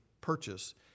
purchase